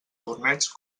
torneig